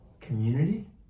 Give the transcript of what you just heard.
community